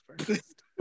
first